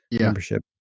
membership